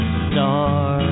star